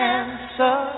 answer